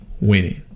winning